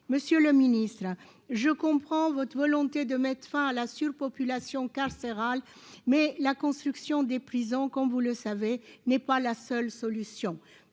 monsieur le Ministre, je comprends votre volonté de mettre fin à la surpopulation carcérale, mais la construction des prisons, comme vous le savez, n'est pas la seule solution,